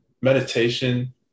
meditation